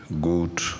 good